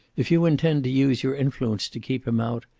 if you intend to use your influence to keep him out,